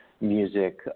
music